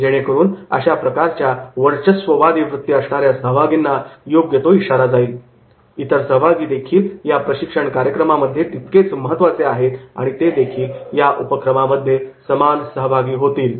जेणेकरून अशा प्रकारच्या वर्चस्ववादी वृत्ती असणाऱ्या सहभागींना योग्य तो इशारा जाईल की इतर सहभागीदेखील या प्रशिक्षण कार्यक्रमामध्ये तितकेच महत्त्वाचे आहेत आणि ते देखील या उपक्रमांमध्ये समान सहभागी होतील